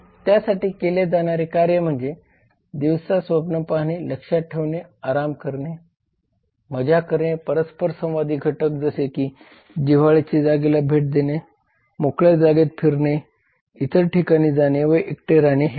त्यासाठी केले जाणारे कार्य म्हणजे दिवसा स्वप्न पाहणे लक्षात ठेवणे आराम करणे मजा करणे परस्परसंवादी घटके जसे की जिव्हाळ्याची जागेला भेट देणे मोकळ्या जागेत फिरणे इतर ठिकाणी जाणे व एकटे राहणे हे आहेत